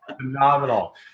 Phenomenal